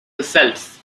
results